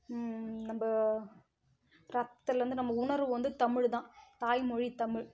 நம்ம ரத்தத்திலருந்து நம்ம உணர்வு வந்து தமிழ் தான் தாய்மொழி தமிழ்